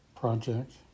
Project